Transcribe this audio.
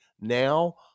Now